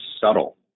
subtle